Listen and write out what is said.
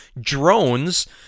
drones